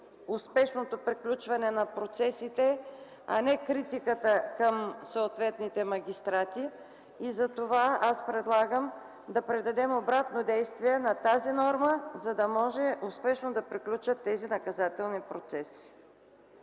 успешното приключване на процесите, а не критиката към съответните магистрати. Аз предлагам да придадем обратно действие на тази норма, за да може успешно да приключат тези наказателни процеси.